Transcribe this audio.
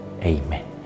Amen